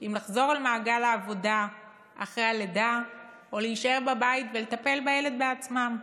אם לחזור למעגל העבודה אחרי הלידה או להישאר בבית ולטפל בילד בעצמן.